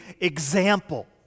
example